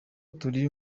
turi